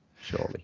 Surely